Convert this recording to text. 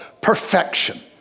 perfection